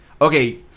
Okay